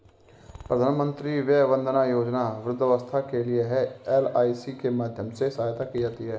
प्रधानमंत्री वय वंदना योजना वृद्धावस्था के लिए है, एल.आई.सी के माध्यम से सहायता की जाती है